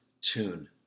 tune